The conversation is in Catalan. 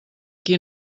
qui